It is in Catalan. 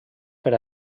per